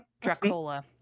Dracula